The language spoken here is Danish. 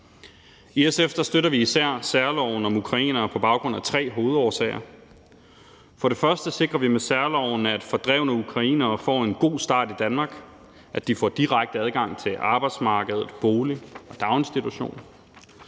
I SF støtter vi især særloven om ukrainere på baggrund af tre hovedårsager. For det første sikrer vi med særloven, at fordrevne ukrainere får en god start i Danmark, at de får direkte adgang til arbejdsmarkedet, bolig og daginstitution.